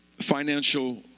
financial